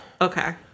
okay